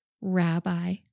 Rabbi